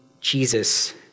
Jesus